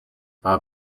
our